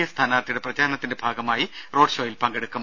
A സ്ഥാനാർത്ഥിയുടെ പ്രചരണത്തിന്റെ ഭാഗമായി റോഡ് ഷോയിൽ പങ്കെടുക്കും